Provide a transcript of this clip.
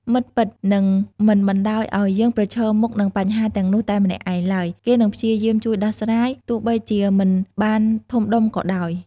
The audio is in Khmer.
មិត្តពិតនឹងមិនបណ្តោយឲ្យយើងប្រឈមមុខនឹងបញ្ហាទាំងនោះតែម្នាក់ឯងឡើយ គេនឹងព្យាយាមជួយដោះស្រាយ ទោះបីជាមិនបានធំដុំក៏ដោយ។